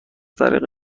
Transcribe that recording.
طرف